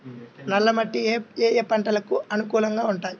నల్ల మట్టి ఏ ఏ పంటలకు అనుకూలంగా ఉంటాయి?